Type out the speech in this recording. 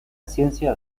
ciencia